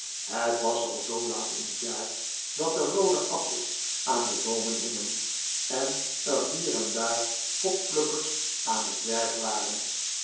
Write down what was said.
het was al zoo laat in het jaar dat er roode appels aan de boomen hingen en er hier en daar hopplukkers aan het werk waren